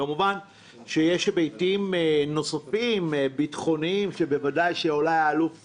כמובן שיש היבטים נוספים ביטחוניים, שאולי האלוף